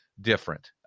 different